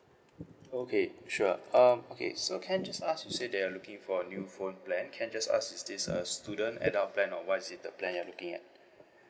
okay sure um okay so can I just ask you said that are looking for new phone plan can I just ask is this a student adult plan or what is it the plan you are looking at